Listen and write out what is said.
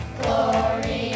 glory